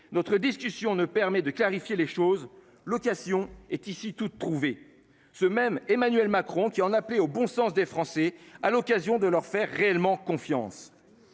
notre discussion ne permet de clarifier les choses. L'occasion est ici toute trouvée ce même Emmanuel Macron qui en a appelé au bon sens des Français à l'occasion de leur faire réellement confiance.